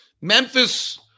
Memphis